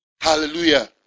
Hallelujah